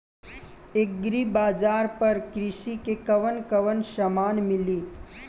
Agri बाजार पर कृषि के कवन कवन समान मिली?